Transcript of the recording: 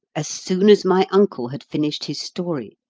as soon as my uncle had finished his story,